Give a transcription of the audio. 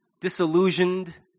disillusioned